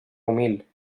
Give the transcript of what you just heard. humil